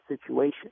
situation